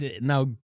now